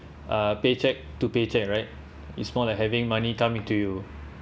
uh paycheck to paycheck right it's more like having money come into you